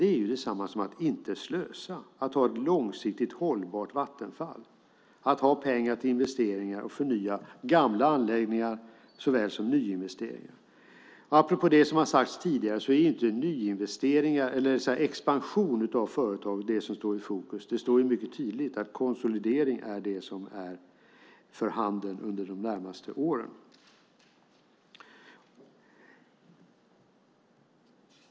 Det är detsamma som att inte slösa, att ha ett långsiktigt hållbart Vattenfall, att ha pengar till investeringar för att förnya gamla anläggningar såväl som att nyinvestera. Apropå det som har sagts tidigare är inte expansion av företaget det som står i fokus. Det står mycket tydligt att konsolidering är för handen under de närmaste åren.